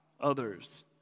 others